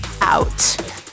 out